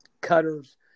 cutters